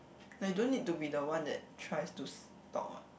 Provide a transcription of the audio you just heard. like you don't need to be the one that tries to s~ talk [what]